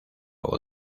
voz